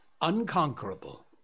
unconquerable